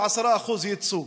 10% ייצוג.